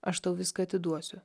aš tau viską atiduosiu